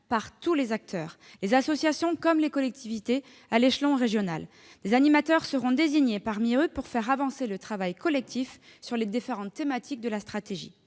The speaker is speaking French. par tous les acteurs, qu'il s'agisse des associations ou des collectivités, à l'échelon régional. Des animateurs seront désignés parmi eux pour faire avancer le travail collectif sur les différentes thématiques de la stratégie.